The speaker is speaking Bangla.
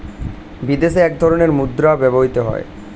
বিদেশে এক ধরনের মুদ্রা ব্যবহৃত হয়